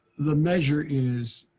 the measure is